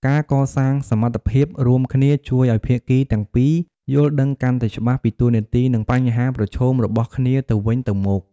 ការកសាងសមត្ថភាពរួមគ្នាជួយឱ្យភាគីទាំងពីរយល់ដឹងកាន់តែច្បាស់ពីតួនាទី និងបញ្ហាប្រឈមរបស់គ្នាទៅវិញទៅមក។